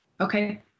Okay